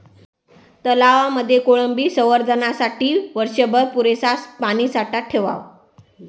तलावांमध्ये कोळंबी संवर्धनासाठी वर्षभर पुरेसा पाणीसाठा ठेवावा